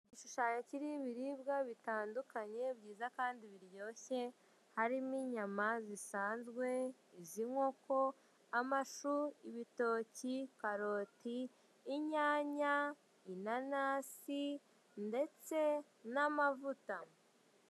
Igishushanyo kiriho ibiribwa bitandukanye byiza kandi biryoshye harimo inyama zisanzwe, iz'inkoko, amashu, ibitoki, karoti, inyanya, inanasi ndetse n'amavuta.